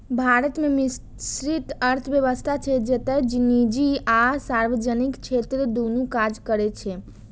भारत मे मिश्रित अर्थव्यवस्था छै, जतय निजी आ सार्वजनिक क्षेत्र दुनू काज करै छै